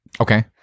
Okay